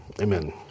amen